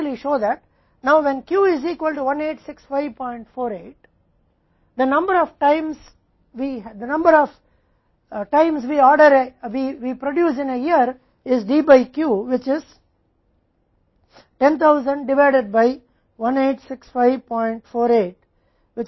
वास्तव में यह लागत उदाहरण के लिए उन दो लागतों के बराबर होगी हम आसानी से दिखा सकते हैं कि अब जब Q 186548 के बराबर है तो हम एक वर्ष में जितनी बार हम ऑर्डर करते हैं वह D Q है जो 10000 डिवाइडेड बाय 186548 जो कि 536 300 है 1608